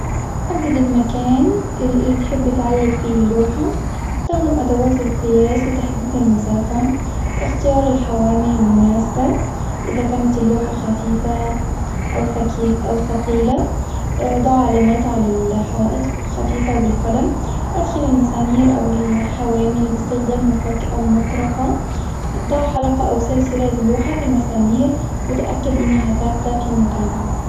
حدد المكان اللي تحب تعجق فيه اللوحة، استخدم أدوات القياس لتحديد المسافة، اختيار الحوامل المناسبة إذا كانت اللوحة خفيفة أو ثك- أو ثقيلة ضع علامات على الحوائط خفيفة بالقلم أدخل المسامير أو حوامل باستخدام مفك أو مطرقة، ضع حلقة أو سلسلة للوحة في المسامير وتأكد إنها ثابتة في مكانها.